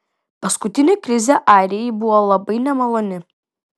paskutinė krizė airijai buvo labai nemaloni